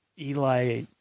Eli